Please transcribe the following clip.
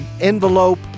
envelope